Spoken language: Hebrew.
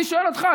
אני שואל אותך,